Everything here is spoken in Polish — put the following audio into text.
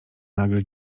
nagle